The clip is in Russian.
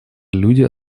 люди